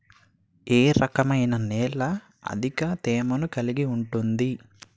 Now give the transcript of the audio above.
ఏ రకమైన నేల అత్యధిక తేమను కలిగి ఉంటుంది?